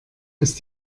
ist